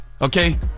Okay